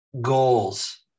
goals